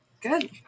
Good